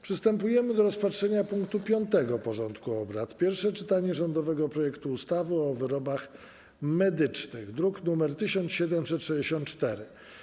Przystępujemy do rozpatrzenia punktu 5. porządku dziennego: Pierwsze czytanie rządowego projektu ustawy o wyrobach medycznych (druk nr 1764)